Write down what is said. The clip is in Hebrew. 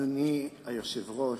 אדוני היושב-ראש,